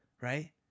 right